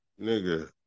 nigga